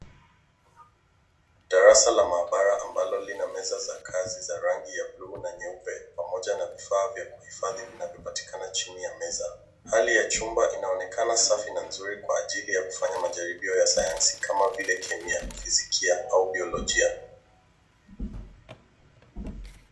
Darasa la maabara ambalo lina meza za rangi ya bluu na nyeupe pamoja na vifaa vya kuhifadhi vinavyopatikana chini ya meza. Hali ya chumba inaonekana safi na nzuri kwa ajili ya kufanya majaribio ya sayansi kama vile kemia, fizikia au biolojia.